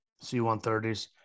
C-130s